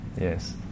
yes